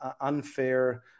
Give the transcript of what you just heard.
unfair